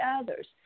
others